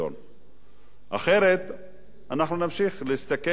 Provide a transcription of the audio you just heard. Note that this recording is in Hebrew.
אחרת אנחנו נמשיך להסתכל ולהתייחס אליהם